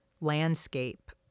landscape